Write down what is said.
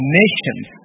nations